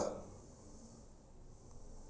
Google Pay किंवा PhonePe विश्वसनीय आहेत का?